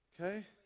Okay